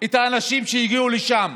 את האנשים שהגיעו לשם.